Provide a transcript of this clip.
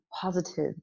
positive